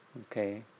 Okay